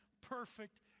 perfect